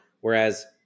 Whereas